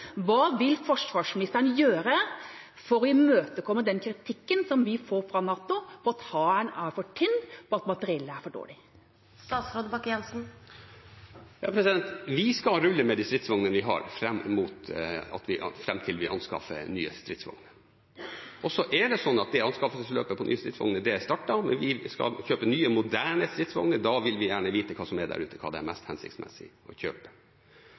Hva vil forsvarsministeren gjøre for å imøtekomme den kritikken som vi får fra NATO, på at Hæren er for tynn, og at materiellet er for dårlig? Vi skal rulle med de stridsvognene vi har, fram til vi anskaffer nye stridsvogner. Og så er det sånn at anskaffelsesløpet på nye stridsvogner er startet. Men vi skal kjøpe nye, moderne stridsvogner, og da vil vi gjerne vite hva som er der ute, hva det er mest hensiktsmessig å kjøpe.